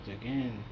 again